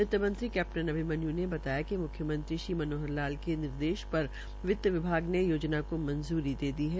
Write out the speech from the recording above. वित्त मंत्री कैप्टन अभिमन्यु ने बताया कि मुख्यमंत्री श्री मनोहर लाल के निर्देश पर वित्त विभाग ने योजना को मंजूरी दे दी है